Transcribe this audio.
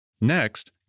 Next